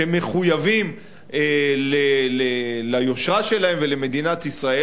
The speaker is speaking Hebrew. שמחויבים ליושרה שלהם ולמדינת ישראל,